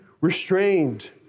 restrained